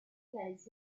place